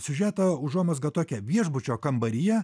siužeto užuomazga tokia viešbučio kambaryje